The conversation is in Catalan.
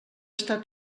està